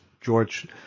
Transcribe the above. George